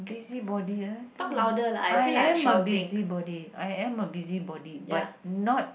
busybody ah I am a busybody I am a busybody but not